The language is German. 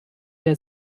der